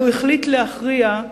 אבל הוא החליט להכריע,